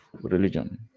religion